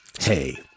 Hey